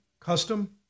custom